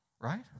right